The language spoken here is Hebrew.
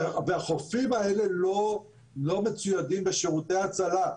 והחופים האלה לא מצוידים בשירותי הצלה.